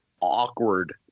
awkward